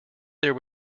there